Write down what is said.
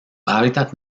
hábitat